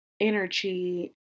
energy